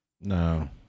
No